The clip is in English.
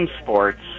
sports